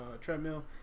treadmill